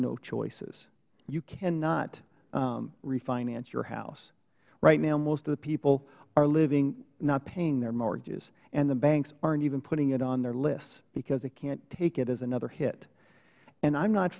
no choices you cannot refinance your house right now most of the people are living not paying their mortgages and the banks aren't even putting it on their list because they can't take it as another hit and i'm not